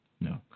No